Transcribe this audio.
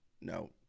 No